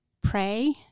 pray